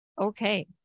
Okay